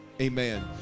amen